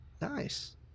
Nice